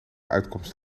uitkomst